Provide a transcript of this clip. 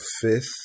fifth